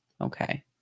Okay